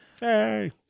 Hey